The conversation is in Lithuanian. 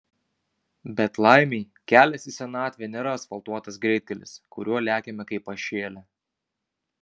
bet laimei kelias į senatvę nėra asfaltuotas greitkelis kuriuo lekiame kaip pašėlę